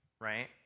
right